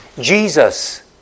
Jesus